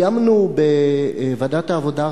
קיימנו בוועדת העבודה,